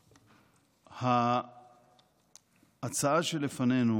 נכבדה, ההצעה שלפנינו